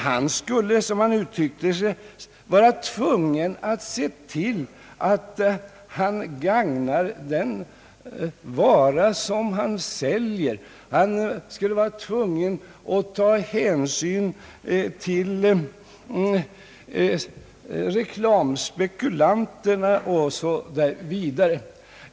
Han skall — som herr Palme uttryckte sig — vara tvungen att se till att han gagnar den vara han säljer. Han skulle vara tvungen att ta hänsyn till reklamspekulanterna osv.